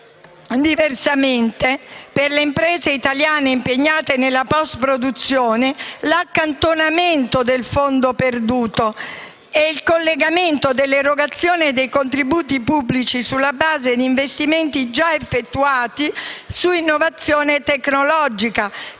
diversamente, che per le imprese italiane impegnate nella postproduzione ci siano l'accantonamento del fondo perduto e il collegamento dell'erogazione dei contributi pubblici sulla base di investimenti già effettuati su innovazione tecnologica,